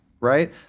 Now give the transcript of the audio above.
right